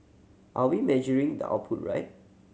are we measuring the output right